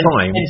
time